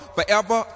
Forever